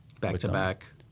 Back-to-back